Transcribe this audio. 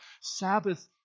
Sabbath